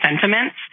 sentiments